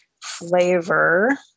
flavor